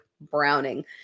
Browning